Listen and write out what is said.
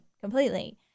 completely